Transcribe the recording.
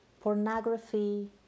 pornography